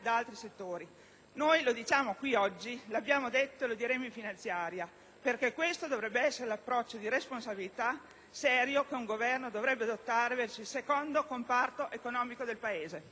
Lo diciamo qui oggi, lo abbiamo detto e lo diremo in finanziaria: questo dovrebbe essere l'approccio di responsabilità serio che un Governo dovrebbe adottare verso il secondo comparto economico del Paese.